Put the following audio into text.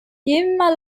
immer